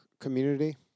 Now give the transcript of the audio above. community